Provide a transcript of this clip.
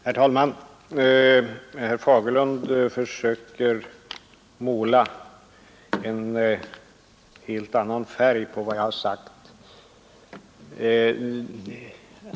Herr talman! Herr Fagerlund försöker måla en helt annan färg på vad jag har sagt.